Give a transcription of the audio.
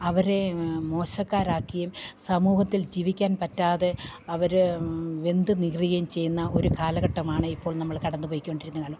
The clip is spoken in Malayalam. അവരെ മോശക്കാരാക്കിയും സമൂഹത്തിൽ ജീവിക്കാൻ പറ്റാതെ അവര് വെന്ത് നീറുകയും ചെയ്യുന്ന ഒരു കാലഘട്ടമാണ് ഇപ്പോൾ നമ്മള് കടന്നുപോയിക്കൊണ്ടിരിക്കുന്നത്